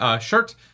shirt